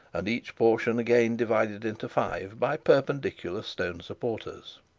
and each portion again divided into five by perpendicular stone supporters.